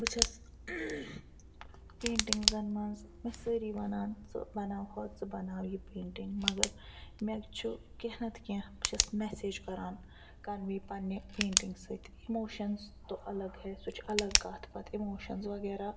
بہٕ چھَس پیٚنٹِنٛگزن منٛز مےٚ چھِ سٲرۍ وَنان ژٕ بناو ہۄ ژٕ بناو یہِ پیٚنِٛنٛگ مگر مےٚ چھُ کیٚنٛہہ نَتہٕ کیٚنٛہہ بہٕ چھَس مٮ۪سیج کَران کنوے پنٛنہِ پیٚنٹِنٛگ سۭتۍ اِموشنٕس تو الگ ہے سُہ چھِ الگ کَتھ پتہٕ اِموشنٕز وغیرہ